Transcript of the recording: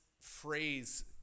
phrase